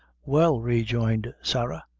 well, rejoined sarah,